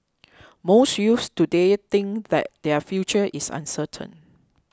most youths today think that their future is uncertain